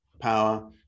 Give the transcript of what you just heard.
power